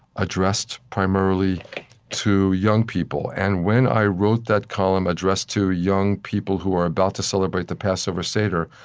addressed primarily to young people. and when i wrote that column addressed to young people who are about to celebrate the passover seder,